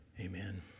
amen